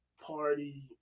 party